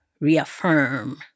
reaffirm